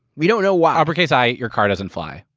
we don't know why. uppercase i, your car doesn't fly.